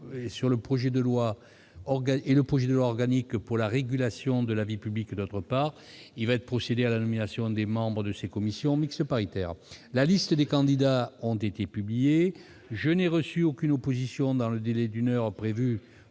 et le projet de loi organique pour la régulation de la vie publique, d'autre part, il va être procédé à la nomination des membres de ces commissions mixtes paritaires. Les listes des candidats ont été publiées ; je n'ai reçu aucune opposition dans le délai d'une heure prévu